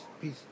peace